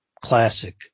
classic